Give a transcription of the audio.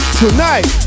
tonight